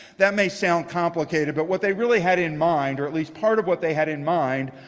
that may sound complicated. but what they really had in mind, or at least part of what they had in mind,